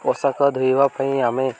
ପୋଷାକ ଧୋଇବା ପାଇଁ ଆମେ